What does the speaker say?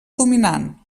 dominant